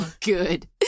good